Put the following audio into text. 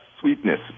sweetness